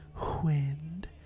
wind